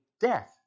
death